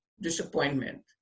disappointment